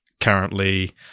currently